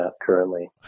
currently